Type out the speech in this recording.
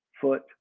foot